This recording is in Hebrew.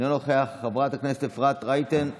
אינו נוכח, חברת הכנסת אפרת רייטן מרום,